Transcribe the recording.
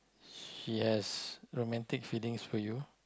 yes romantic feelings for you